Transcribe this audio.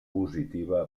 positiva